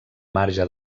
marge